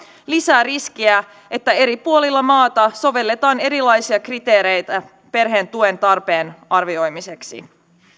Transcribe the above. lisää riskiä että eri puolilla maata sovelletaan erilaisia kriteereitä perheen tuen tarpeen arvioimiseksi